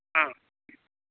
ஆ